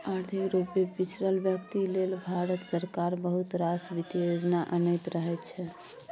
आर्थिक रुपे पिछरल बेकती लेल भारत सरकार बहुत रास बित्तीय योजना अनैत रहै छै